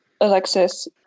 Alexis